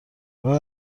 انگار